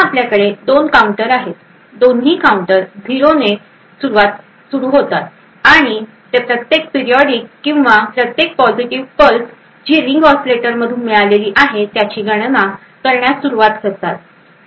आता आपल्याकडे दोन काउंटर आहेत दोन्ही काउंटर 0 ने सुरु होतात आणि ते प्रत्येक पिरिऑडिक किंवा प्रत्येक पॉझिटिव पल्स जी रिंग ऑसीलेटरमधून मिळालेली आहे त्याची गणना करण्यास सुरुवात करतात